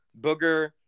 booger